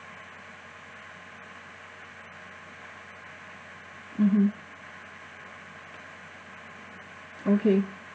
mmhmm okay